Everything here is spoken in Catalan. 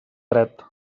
dret